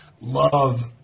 love